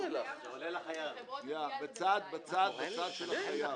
--- בצד של החייב.